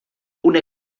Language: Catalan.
una